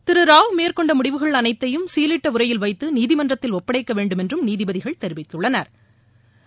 திரு ராவ் மேற்கொண்ட முடிவுகள் அனைத்தையும் சீலிட்ட உறையில் வைத்து நீதமன்றத்தில் ஒப்படைக்க வேண்டுமென்றும் நீதிபதிகள் தெரிவித்துள்ளனா்